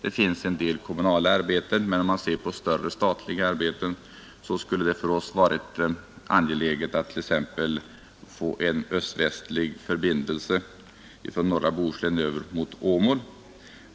Det finns en del kommunala arbeten, men om man ser på större statliga arbeten skulle det för oss varit angeläget att t.ex. få en öst-västlig förbindelse från norra Bohuslän över mot Åmål.